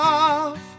off